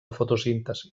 fotosíntesi